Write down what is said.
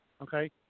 okay